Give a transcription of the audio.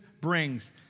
brings